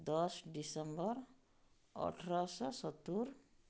ଦଶ ଡିସେମ୍ବର ଅଠରଶହ ସତୁରୀ